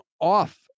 off